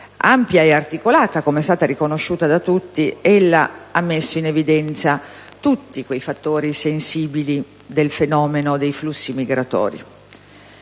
ampia ed articolata come è stato riconosciuto da tutti, lei ha messo in evidenza tutti i fattori sensibili del fenomeno dei flussi migratori,